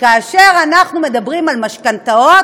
כאשר אנחנו מדברים על משכנתאות,